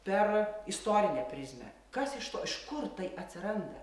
per istorinę prizmę kas iš to iš kur tai atsiranda